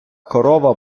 корова